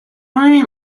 muy